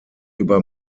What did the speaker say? über